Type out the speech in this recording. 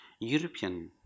European